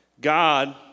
God